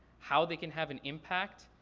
how they can have an impact,